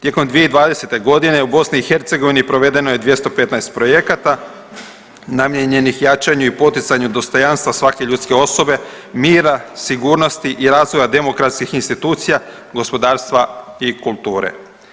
Tijekom 2020. godine u BiH provedeno je 215 projekata namijenjenih jačanju i poticanju dostojanstva svake ljudske osobe, mira, sigurnosti i razvoja demokratskih institucija, gospodarstva i kulture.